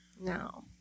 No